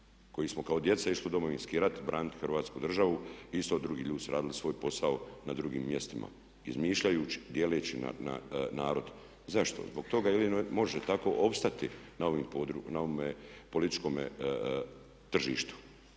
koji smo kao djeca išli u Domovinski rat, braniti Hrvatsku državu i isto drugi ljudi su branili svoj posao na drugim mjestima, izmišljajući, djelići narod. Zašto? Zbog toga jedino može tako opstati na ovome političkome tržištu,